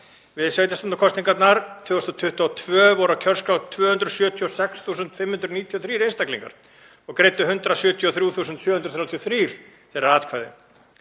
Við sveitarstjórnarkosningarnar 2022 voru á kjörskrá 276.593 einstaklingar og greiddu 173.733 þeirra atkvæði.